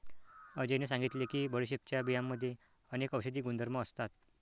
अजयने सांगितले की बडीशेपच्या बियांमध्ये अनेक औषधी गुणधर्म असतात